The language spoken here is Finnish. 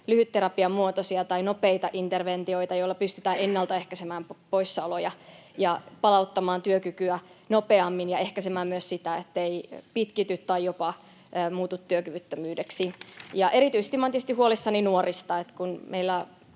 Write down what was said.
lyhytterapiamuotoisia tai nopeita interventioita, joilla pystytään ennaltaehkäisemään poissaoloja ja palauttamaan työkykyä nopeammin ja ehkäisemään myös pitkittymistä tai jopa työkyvyttömyyttä. Erityisesti olen tietysti